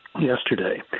yesterday